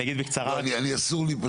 אני מכיר את